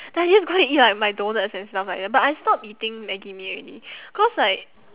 like I just go and eat like my donuts and stuff like that but I stop eating Maggi mee already cause like